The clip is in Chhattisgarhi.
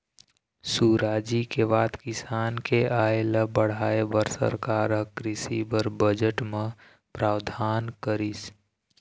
सुराजी के बाद किसान के आय ल बढ़ाय बर सरकार ह कृषि बर बजट म प्रावधान करिस